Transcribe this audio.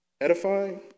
edifying